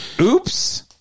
Oops